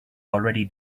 already